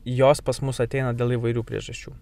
jos pas mus ateina dėl įvairių priežasčių